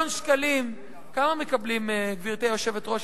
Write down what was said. גברתי היושבת-ראש,